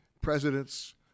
Presidents